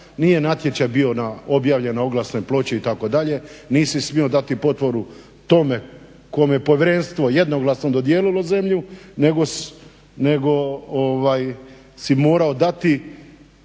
nije natječaj bio objavljen na oglasnoj ploči itd., nisi smio dati potporu tome kome je povjerenstvo jednoglasno dodijelilo zemlju, nego si morao dati,